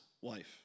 wife